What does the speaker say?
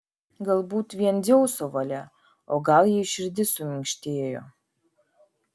galbūt vien dzeuso valia o gal jai širdis suminkštėjo